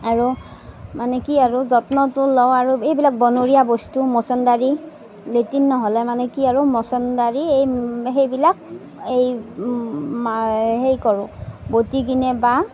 আৰু মানে কি আৰু যত্নটো লওঁ আৰু এইবিলাক বনৰীয়া বস্তু মছন্দৰী লেট্ৰিন নহ'লে মানে কি আৰু মছন্দৰী এই সেইবিলাক সেই হৰি কৰোঁ বটি কিনে বা